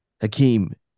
Hakeem